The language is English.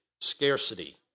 scarcity